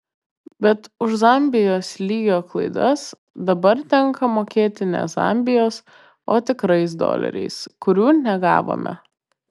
bet už zambijos lygio klaidas dabar tenka mokėti ne zambijos o tikrais doleriais kurių negavome